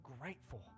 grateful